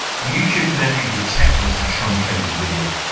youtube can actually detect this and truncate your video,